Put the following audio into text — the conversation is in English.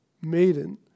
maiden